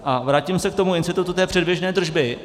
A vrátím se k tomu institutu předběžné držby.